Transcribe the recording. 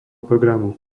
programu